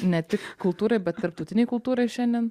ne tik kultūroj bet tarptautinėj kultūroj šiandien